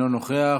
אינו נוכח.